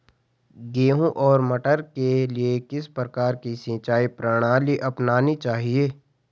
गेहूँ और मटर के लिए किस प्रकार की सिंचाई प्रणाली अपनानी चाहिये?